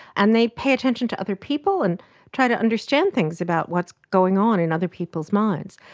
and they pay attention to other people and try to understand things about what's going on in other people's minds.